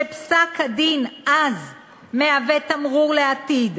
שפסק-הדין אז מהווה תמרור לעתיד,